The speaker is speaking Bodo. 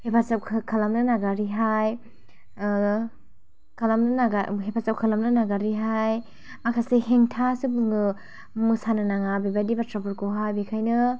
हेफाजाब खा खालामनो नागारैहाय खामनो नागा हेफाजाब खालामो नागारैहाय माखासे हेंथासो बुङो मोसानो नाङा बे बाइदि बाथ्राफोरखौहाय बेखायनो